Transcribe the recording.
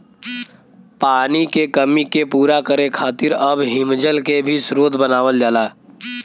पानी के कमी के पूरा करे खातिर अब हिमजल के भी स्रोत बनावल जाला